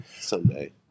Someday